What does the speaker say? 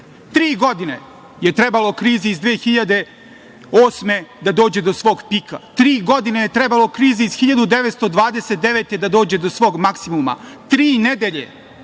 godine je trebalo krizi iz 2008. godine da dođe do svog pika, tri godine je trebalo krizi iz 1929. godine da dođe do svog maksimuma, tri nedelje